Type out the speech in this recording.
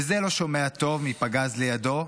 וזה לא שומע טוב מפגז לידו,